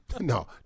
No